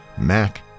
Mac